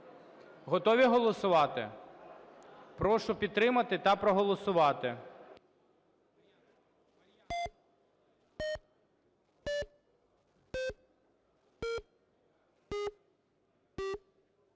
Готові голосувати? Прошу підтримати та проголосувати.